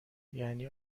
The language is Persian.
یعنی